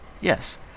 Yes